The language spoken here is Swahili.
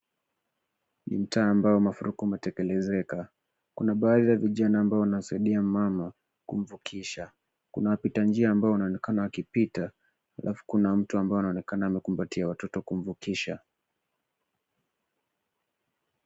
Ni mtaa ambao mafuriko umetekelezeka. Kuna baadhi ya vijana ambao wanamsaidia mama kumvukisha. Kuna wapita njia ambao wanaonekana wakipita. Halafu kuna mtu ambaye anaonekana amekumbatia watoto kumvukisha.